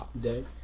day